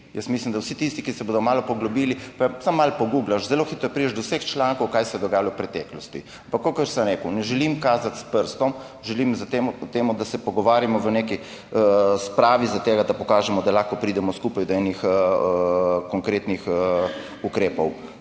Jaz mislim, da vsi tisti, ki se bodo malo poglobili, pa samo malo pogooglaš, zelo hitro prideš do vseh člankov, kaj se je dogajalo v preteklosti. Ampak kakor sem rekel, ne želim kazati s prstom, želim, da se pogovarjamo v neki spravi zaradi tega, da pokažemo, da lahko pridemo skupaj do enih konkretnih ukrepov.